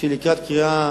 שלקראת קריאה